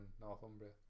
Northumbria